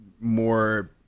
More